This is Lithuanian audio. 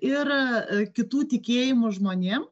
ir kitų tikėjimų žmonėm